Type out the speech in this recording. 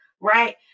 Right